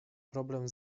problem